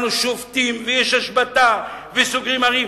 אנחנו שובתים ויש השבתה וסוגרים ערים.